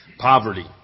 Poverty